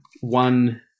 one